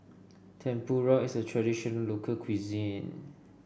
tempura is a traditional local cuisine